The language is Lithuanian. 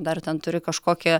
dar ten turi kažkokį